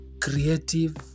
creative